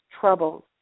troubles